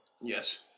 Yes